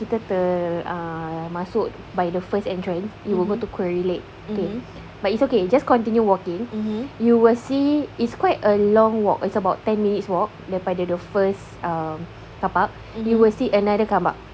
kita termasuk by the first entrance you will go to quarry lake okay but it's okay just continue walking you will see it's quite a long walk it's about ten minutes walk daripada the first um carpark you will see another carpark